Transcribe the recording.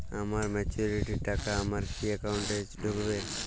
আমার ম্যাচুরিটির টাকা আমার কি অ্যাকাউন্ট এই ঢুকবে?